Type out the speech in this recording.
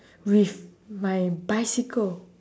with my bicycle